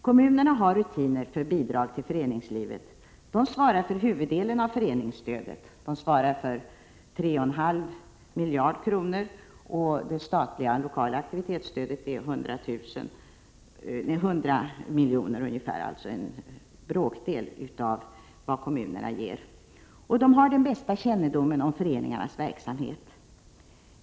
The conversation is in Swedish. Kommunerna har rutiner för bidrag till föreningslivet, de svarar för huvuddelen av föreningsstödet, som är 3,5 miljarder kronor — det statliga lokala aktivitetsstödet är ca 100 miljoner, dvs. en bråkdel av vad kommunerna ger — och de har den bästa kännedomen om föreningarnas verksamhet.